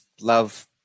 love